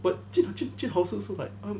but jun jun jun hao 是是 like err mm